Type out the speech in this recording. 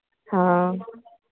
हाँ